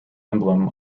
emblem